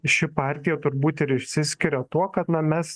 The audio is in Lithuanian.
ši partija turbūt ir išsiskiria tuo kad na mes